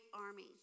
army